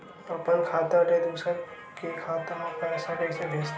अपन खाता ले दुसर के खाता मा पईसा कइसे भेजथे?